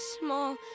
small